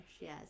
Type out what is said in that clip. Yes